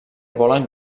volen